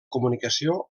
comunicació